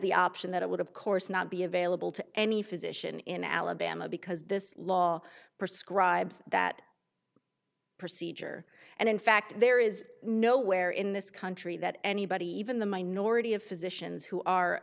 the option that it would of course not be available to any physician in alabama because this law prescribes that procedure and in fact there is nowhere in this country that anybody even the minority of physicians who are